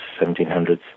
1700s